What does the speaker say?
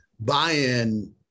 Buy-in